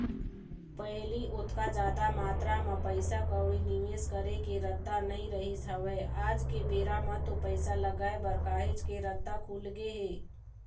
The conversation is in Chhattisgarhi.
पहिली ओतका जादा मातरा म पइसा कउड़ी निवेस करे के रद्दा नइ रहिस हवय आज के बेरा म तो पइसा लगाय बर काहेच के रद्दा खुलगे हे